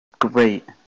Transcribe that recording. great